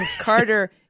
Carter